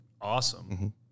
awesome